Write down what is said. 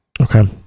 Okay